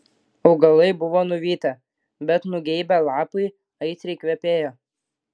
augalai buvo nuvytę bet nugeibę lapai aitriai kvepėjo